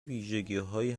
ویژگیهایی